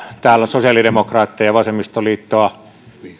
täällä sosiaalidemokraatteja vasemmistoliittoa